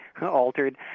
altered